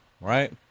right